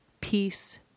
peace